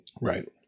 Right